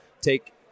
take